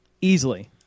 Easily